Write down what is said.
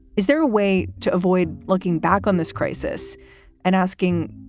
is there a way to avoid looking back on this crisis and asking,